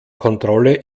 kontrolle